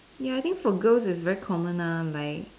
ya I think for girls is very common lah like